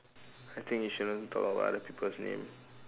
I think we shouldn't talk about other people's name